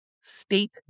State